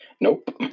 Nope